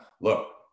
look